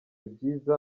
byiza